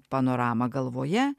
panoramą galvoje